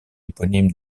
éponyme